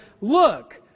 Look